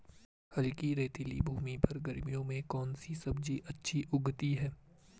हल्की रेतीली भूमि पर गर्मियों में कौन सी सब्जी अच्छी उगती है?